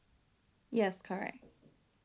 yes correct